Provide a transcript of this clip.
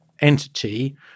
Entity